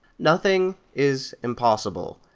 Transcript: nothing is impossible.